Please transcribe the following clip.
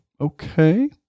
okay